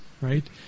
right